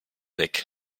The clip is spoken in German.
weg